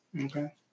Okay